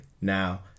now